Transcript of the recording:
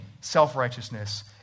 self-righteousness